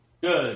Good